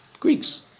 Greeks